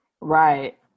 Right